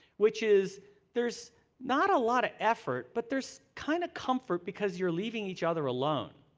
which is there's not a lot of effort but there's kind of comfort because you're leaving each other alone.